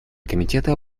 комитета